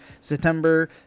September